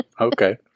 Okay